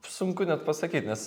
sunku net pasakyt nes